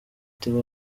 tigo